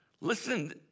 Listen